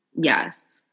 Yes